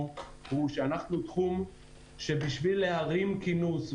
אנחנו תחום שבשביל להרים כינוס,